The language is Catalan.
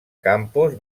campos